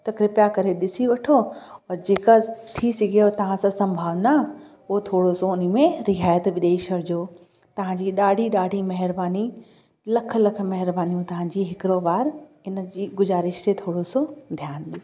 त कृप्या करे ॾिसी वठो और जेका थी सघेव तव्हां सां संभावना उहो थोरो सो हुन में रिहायत बि ॾेई छॾिजो तव्हांजी ॾाढी ॾाढी महिरबानी लख लख महिरबानी तव्हांजी हिकिड़ो बार इन जी गुज़ारिश ते थोरो सो ध्यान ॾियो